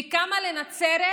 וכמה לנצרת,